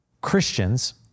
Christians